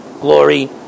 glory